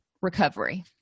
recovery